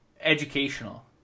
educational